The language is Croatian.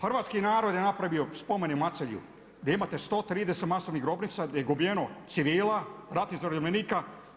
Hrvatski narod je napravio spomenik Macelju gdje imate 130 masovnih grobnica, gdje ih je ubijeno civila, ratnih zarobljenika.